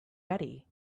ready